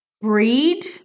breed